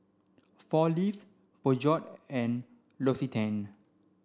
Four Leaves Peugeot and L'Occitane